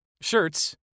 shirts